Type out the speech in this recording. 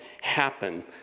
happen